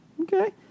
Okay